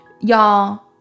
Y'all